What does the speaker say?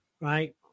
right